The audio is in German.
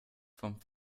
vom